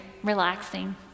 Relaxing